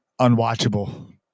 unwatchable